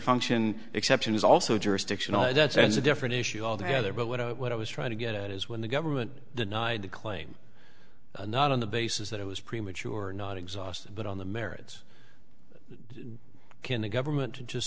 function exception is also jurisdictional that's a different issue altogether but what i what i was trying to get at is when the government denied the claim not on the basis that it was premature not exhausted but on the merits can the government just